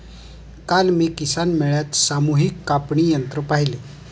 काल मी किसान मेळ्यात सामूहिक कापणी यंत्र पाहिले